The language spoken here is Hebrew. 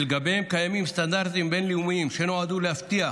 שלגביהן קיימים סטנדרטים בין-לאומיים שנועדו להבטיח